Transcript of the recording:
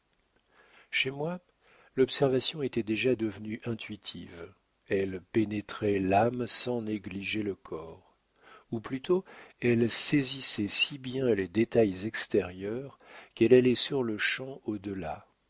chez moi l'observation était déjà devenue intuitive elle pénétrait l'âme sans négliger le corps ou plutôt elle saisissait si bien les détails extérieurs qu'elle allait sur-le-champ